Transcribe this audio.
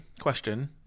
question